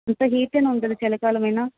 హీట్గానే ఉంటుందా చలి కాలం అయినా